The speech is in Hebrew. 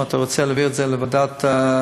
אם אתה רוצה להעביר את זה לוועדת העבודה,